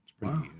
Wow